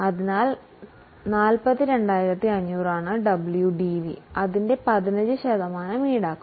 അതിനാൽ 42500 WDV ആയിരിക്കും ഈ തുകയിൽ 15 ശതമാനം ഈടാക്കും